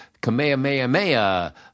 Kamehameha